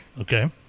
Okay